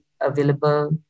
available